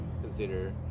consider